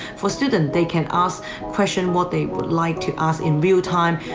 for student, they can ask question what they would like to ask in real time.